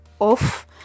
off